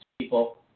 people